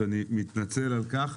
אני מתנצל על כך,